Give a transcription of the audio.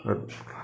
তাত